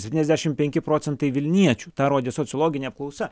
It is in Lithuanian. septyniasdešim penki procentai vilniečių tą rodė sociologinė apklausa